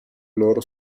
loro